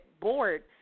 board